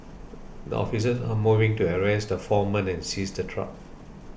the officers a moved in to arrest the four men and seize the truck